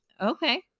Okay